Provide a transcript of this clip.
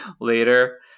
later